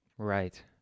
Right